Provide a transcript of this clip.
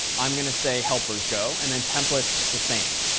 i'm going to say helpers go and then templates, the same.